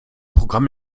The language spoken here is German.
programm